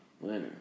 winner